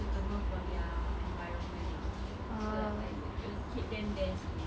suitable for their environment ah it's like why would you keep them there seh